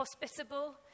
hospitable